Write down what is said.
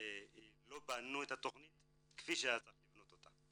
לא בנו אותה כפי שהיה צריך לבנותה.